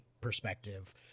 perspective